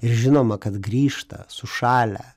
ir žinoma kad grįžta sušalę